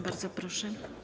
Bardzo proszę.